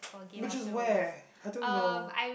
which is where I don't know